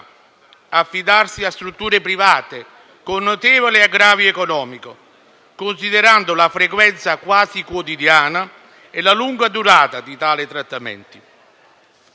affidarsi a strutture private con notevole aggravio economico, considerando la frequenza quasi quotidiana e la lunga durata di tali trattamenti.